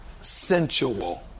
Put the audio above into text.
sensual